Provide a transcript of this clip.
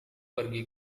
pergi